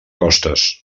costes